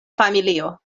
familio